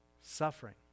Suffering